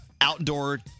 outdoor